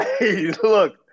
Look